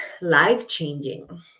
life-changing